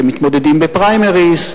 שמתמודדים בפריימריס,